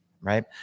Right